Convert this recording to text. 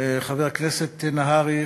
חבר הכנסת נהרי,